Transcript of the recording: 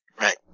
Right